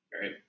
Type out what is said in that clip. right